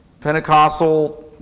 Pentecostal